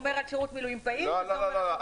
אני אומרת שירות מילואים פעיל --- לא, לא.